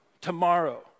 Tomorrow